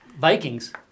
Vikings